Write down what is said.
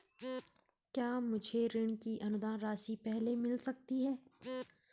क्या मुझे ऋण की अनुदान राशि पहले मिल सकती है?